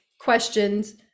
questions